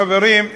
חברים,